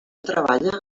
treballa